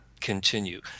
continue